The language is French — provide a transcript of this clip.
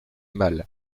mâles